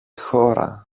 χώρα